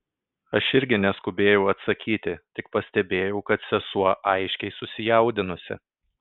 aš irgi neskubėjau atsakyti tik pastebėjau kad sesuo aiškiai susijaudinusi